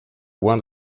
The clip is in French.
loin